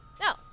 No